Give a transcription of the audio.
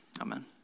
Amen